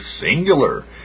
singular